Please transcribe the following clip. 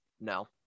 no